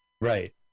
Right